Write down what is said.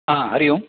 हा हरिः ओम्